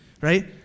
right